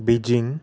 Beijing